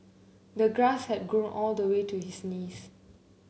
the grass had grown all the way to his knees